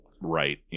right